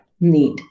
need